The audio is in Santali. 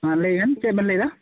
ᱞᱟᱹᱭᱵᱤᱱ ᱪᱮᱫᱵᱤᱱ ᱞᱟᱹᱭᱮᱫᱟ